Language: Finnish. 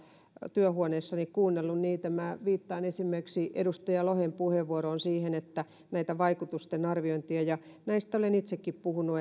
työhuoneessani kuunnellut niitä minä viittaan esimerkiksi edustaja lohen puheenvuoroon siihen että näitä vaikutusten arviointeja ja näistä olen itsekin puhunut